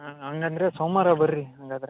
ಹಾಂ ಹಾಗಂದ್ರೆ ಸೋಮ್ವಾರ ಬನ್ರಿ ಹಾಗಾದ್ರೆ